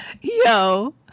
Yo